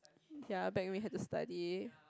ya back when we had to study